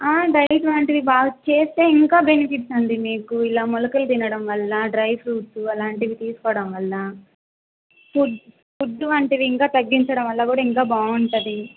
diet వంటివి బాగా చేస్తే ఇంకా బెనిఫిట్స్ అండి మీకు ఇలా మొలకలు తినడం వల్ల డ్రై ఫ్రూట్స్ అలాంటివి తీసుకోవడం వల్ల ఫుడ్ ఫుడ్ వంటివి ఇంకా తగ్గించడం వల్ల కూడా ఇంకా బాగుంటుంది